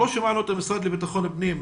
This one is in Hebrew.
לא שמענו את המשרד לביטחון פנים.